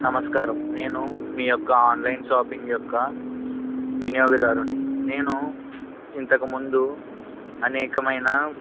నమస్కారం నేను మీ యొక్క ఆన్లైన్ షాపింగ్ యొక్క వినియోగదారున్ని నేను ఇంతకుముందు అనేకమైన